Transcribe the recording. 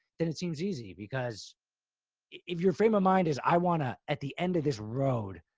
then it seems easy because if your frame of mind is, i want to, at the end of this road,